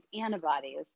antibodies